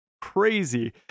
crazy